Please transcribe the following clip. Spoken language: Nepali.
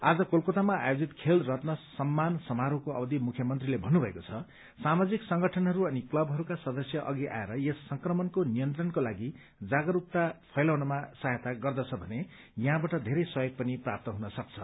आज कलकतामा आयोजित खेल रत्न सम्मान समारोहको अवधि मुख्यमन्त्रीले भन्नुभएको छ कि सामाजिक संगठनहरू अनि क्लबहरूका सदस्य अघि आएर यस संक्रमणको नियन्त्रणको लागि जागरूकता फैलाउनमा सहायता गर्दछ भने यहाँबाट अधिक सहयोग पनि प्राप्त हुन सक्छ